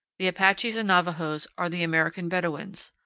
the apaches and navajos are the american bedouins.